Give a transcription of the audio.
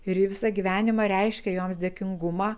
ir ji visą gyvenimą reiškia joms dėkingumą